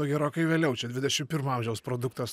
gerokai vėliau čia dvidešim pirmo amžiaus produktas